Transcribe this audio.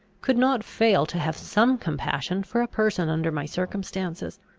could not fail to have some compassion for a person under my circumstances.